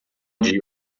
dia